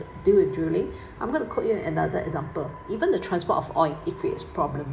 do with drilling I'm going to quote you another example even the transport of oil it creates problem